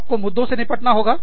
आपको मुद्दों से निपटना होगा